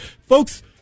Folks